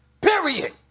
Period